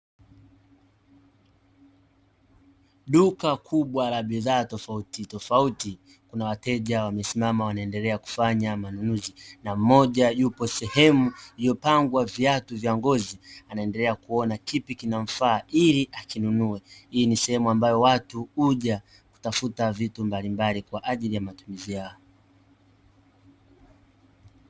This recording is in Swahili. Duka kubwa la bidhaa tofautitofauti, wateja wamesimama wanaendelea kufanya manunuzi, mtu mmoja yupo sehemu iliyopangwa viatu vya ngozi, anaendelea kuona kipi kinamfaa ili akinunue. Hii ni sehemu ambayo watu huja kutafuta vitu mbalimbali kwa ajili ya matumizi yao.